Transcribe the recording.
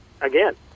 again